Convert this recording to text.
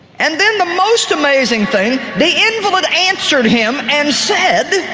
and then the most amazing thing, the invalid answered him and said.